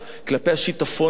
כלפי השיטפון הזה.